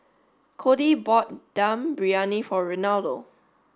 Codi bought Dum Briyani for Renaldo